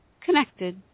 connected